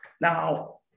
Now